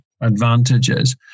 advantages